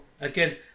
again